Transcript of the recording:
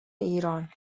ایران